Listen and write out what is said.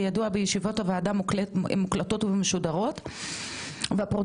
כי ידוע שישיבות הוועדה מוקלטות ומשודרות והפרוטוקול